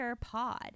Pod